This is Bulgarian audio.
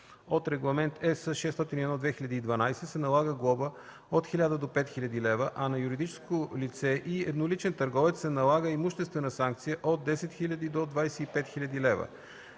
от Регламент (ЕС) № 601/2012, се налага глоба от 1000 до 5 000 лв., а на юридическо лице и едноличен търговец се налага имуществена санкция от 10 000 до 25 000 лв.